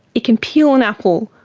it can peel an apple,